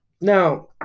Now